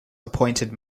appointed